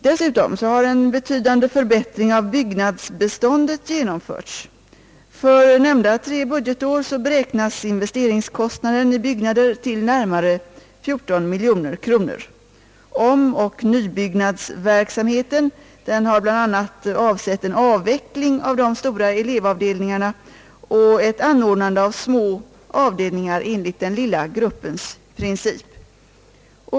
Dessutom har en betydande förbättring av byggnadsbeståndet genomförts. För nämnda tre budgetår beräknas investeringskostnaden i byggnader till närmare 14 miljoner kronor. Omoch nybyggnadsverksamheten har bl.a. avsett en avveckling av de stora elevavdelningarna och ett anordnande av små avdelningar enligt den lilla gruppens princip.